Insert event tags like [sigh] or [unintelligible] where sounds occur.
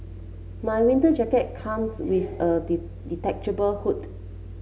my winter jacket comes with a [unintelligible] detachable hood